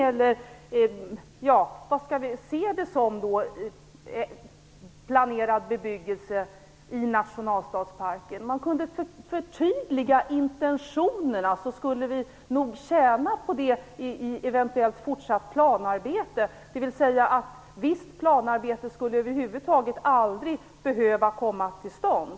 Eller skall vi se det som planerad bebyggelse i nationalstadsparken? Om man kunde förtydliga intentionerna skulle vi nog tjäna på det i ett eventuellt fortsatt planarbete. Det skulle innebära att ett visst planarbete över huvud taget aldrig behöver komma till stånd.